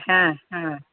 ಹಾಂ ಹಾಂ